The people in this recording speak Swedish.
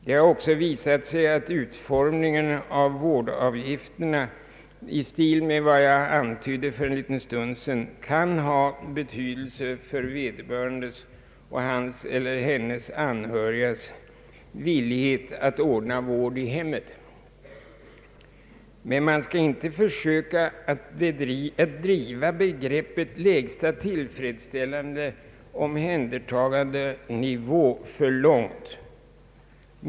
Det har också visat sig att utformningen av vårdavgifterna i enlighet med vad jag tidigare anförde kan ha betydelse för vederbörande och hans eller hennes anhörigas villighet att ordna vård i hemmet. Man skall emellertid inte försöka driva begreppet »lägsta tillfredsställande omhändertagande» för långt.